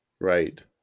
Right